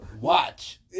Watch